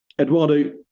Eduardo